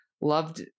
loved